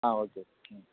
ஆ okay ம்